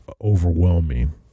overwhelming